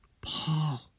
Paul